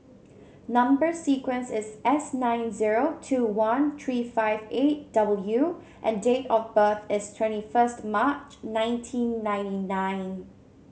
number sequence is S nine zero two one three five eight W and date of birth is twenty first March nineteen ninety nine